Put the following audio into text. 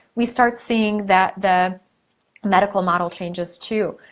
we start seeing that the medical model changes too.